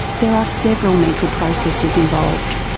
there are several mental processes involved.